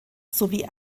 sowie